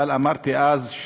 אבל אמרתי אז,